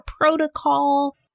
protocol